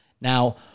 Now